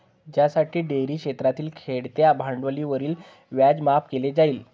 ज्यासाठी डेअरी क्षेत्रातील खेळत्या भांडवलावरील व्याज माफ केले जाईल